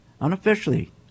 unofficially